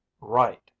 Right